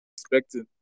expecting